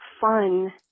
fun